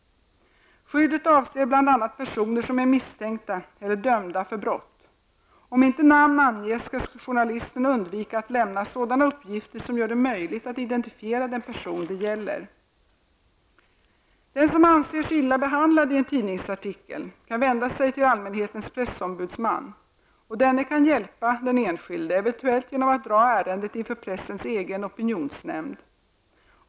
Skyddet avser bl.a. personer som är misstänkta eller dömda för brott. Om inte namn anges, skall journalisten undvika att lämna sådana uppgifter som gör det möjligt att identifiera den person det gäller. Den som anser sig illa behandlad i en tidningsartikel kan vända sig till allmänhetens pressombudsman. Denne kan hjälpa den enskilde, eventuellt genom att dra ärendet inför pressens egen opinionsnämnd.